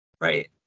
right